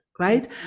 right